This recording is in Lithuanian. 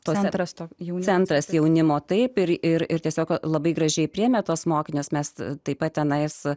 todėl neatrasto jų centras jaunimo taip ir ir ir tiesiog labai gražiai priėmė tuos mokinius mes taip pat tenai esą